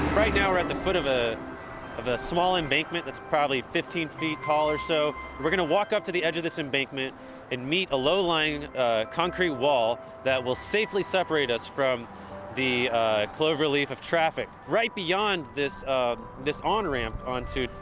right now we're at the foot of ah of a small embankment that's probably fifteen feet tall or so, we're gonna walk up to the edge of this embankment and meet a low-lying concrete wall that will safely separate us from the cloverleaf of traffic. right beyond this on-ramp onto,